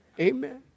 Amen